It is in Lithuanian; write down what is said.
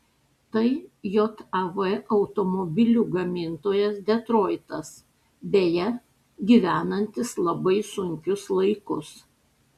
tai jav automobilių gamintojas detroitas beje gyvenantis labai sunkius laikus